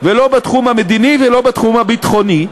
לא בתחום המדיני ולא בתחום הביטחוני.